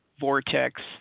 vortex